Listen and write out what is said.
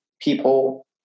people